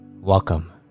Welcome